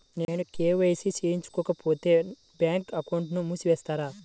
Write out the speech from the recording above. నేను కే.వై.సి చేయించుకోకపోతే బ్యాంక్ అకౌంట్ను మూసివేస్తారా?